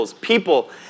People